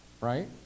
right